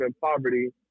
poverty